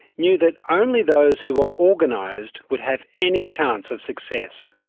knew that only those who were organised would have any chance of success.